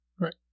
Right